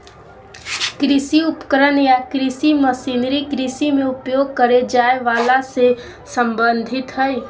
कृषि उपकरण या कृषि मशीनरी कृषि मे उपयोग करे जाए वला से संबंधित हई